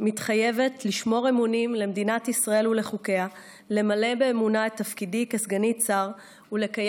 אולי אני צריך להתקשר לממלא מקום שר החוץ,